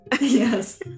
Yes